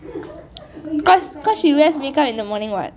~ because she wears make up in the morning what